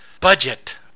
budget